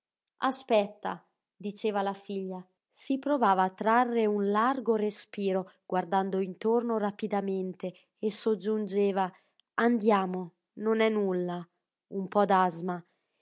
aspetta diceva alla figlia si provava a trarre un largo respiro guardando intorno rapidamente e soggiungeva andiamo non è nulla un po d'asma